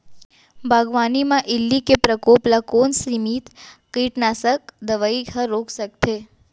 बागवानी म इल्ली के प्रकोप ल कोन सीमित कीटनाशक दवई ह रोक सकथे?